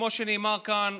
כמו שנאמר כאן,